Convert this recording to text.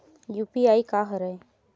UPI का हरय?